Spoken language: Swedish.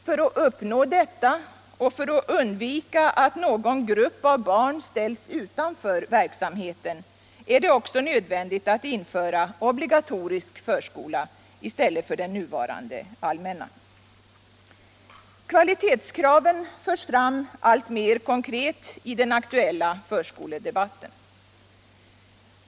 För att uppnå detta och för att undvika att någon grupp av barn ställs utanför verksamheten är det också nödvändigt att införa obligatorisk förskola i stället för den nuvarande allmänna. Kvalitetskraven förs fram alltmer konkret i den aktuella förskoledebatten.